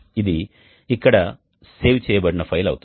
ఇది ఇక్కడ సేవ్ చేయబడిన ఫైల్ అవుతుంది